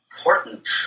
important